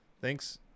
Thanks